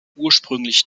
ursprünglich